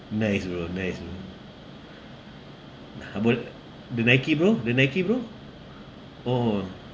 nice bro nice bro uh but the nike bro the nike bro orh